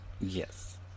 Yes